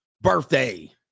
birthday